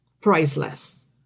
priceless